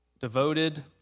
Devoted